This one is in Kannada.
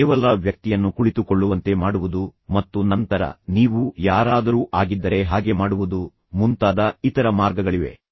ಕೇವಲ ವ್ಯಕ್ತಿಯನ್ನು ಕುಳಿತುಕೊಳ್ಳುವಂತೆ ಮಾಡುವುದು ಮತ್ತು ನಂತರ ನೀವು ಯಾರಾದರೂ ಆಗಿದ್ದರೆ ಹಾಗೆ ಮಾಡುವುದು ಮುಂತಾದ ಇತರ ಮಾರ್ಗಗಳಿವೆ